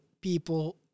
people